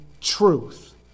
truth